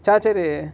charger uh